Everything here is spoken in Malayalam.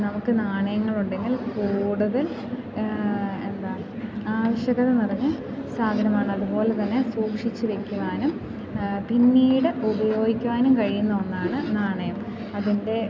നമുക്ക് നാണയങ്ങളുണ്ടെങ്കിൽ കൂടുതൽ എന്താ ആവശ്യകത നിറഞ്ഞ സാധനമാണ് അതുപോലെ തന്നെ സൂക്ഷിച്ചു വെക്കുവാനും പിന്നീട് ഉപയോഗിക്കുവാനും കഴിയുന്ന ഒന്നാണ് നാണയം അതിൻ്റെ